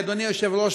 אדוני היושב-ראש,